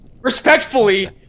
Respectfully